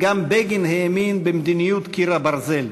גם בגין האמין במדיניות קיר הברזל,